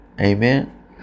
Amen